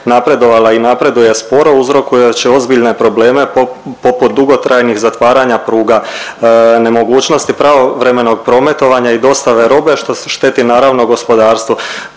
napredovala i napreduje sporo uzrokujući ozbiljne probleme poput dugotrajnih zatvaranja pruga, nemogućnosti pravovremenog prometovanja i dostave robe što šteti naravno gospodarstvu.